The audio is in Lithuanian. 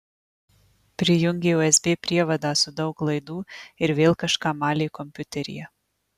prijungė usb prievadą su daug laidų ir vėl kažką malė kompiuteryje